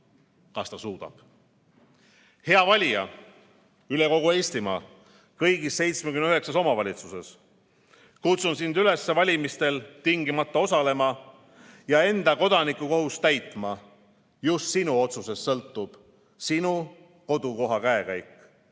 jõuab ja suudab. Hea valija üle kogu Eestimaa, kõigis 79 omavalitsuses, kutsun sind üles valimistel tingimata osalema ja enda kodanikukohust täitma! Just sinu otsusest sõltub sinu kodukoha käekäik.